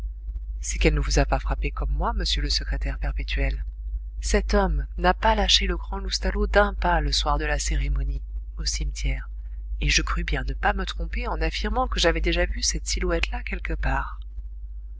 c'est qu'elle ne vous a pas frappé comme moi monsieur le secrétaire perpétuel cet homme n'a pas lâché le grand loustalot d'un pas le soir de la cérémonie au cimetière et je crus bien ne pas me tromper en affirmant que j'avais déjà vu cette silhouette là quelque part